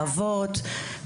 האבות,